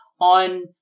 on